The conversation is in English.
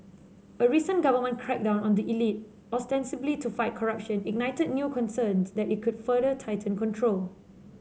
a recent government crackdown on the elite ostensibly to fight corruption ignited new concerns that it could further tighten control